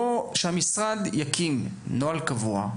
שהמשרד יקים נוהל קבוע,